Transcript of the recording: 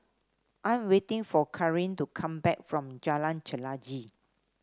I am waiting for Kareen to come back from Jalan Chelagi